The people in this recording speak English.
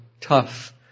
tough